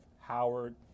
Howard